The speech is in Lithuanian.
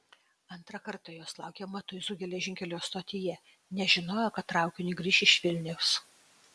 antrą kartą jos laukė matuizų geležinkelio stotyje nes žinojo kad traukiniu grįš iš vilniaus